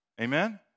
Amen